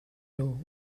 low